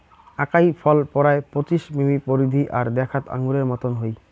আকাই ফল পরায় পঁচিশ মিমি পরিধি আর দ্যাখ্যাত আঙুরের মতন হই